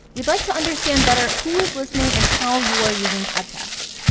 we'd like to understand better who is listening and how you are using podcasts.